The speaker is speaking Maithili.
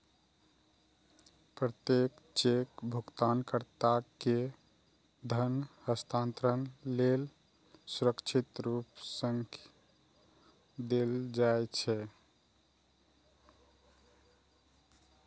प्रत्येक चेक भुगतानकर्ता कें धन हस्तांतरण लेल सुरक्षित रूप सं देल जाइ छै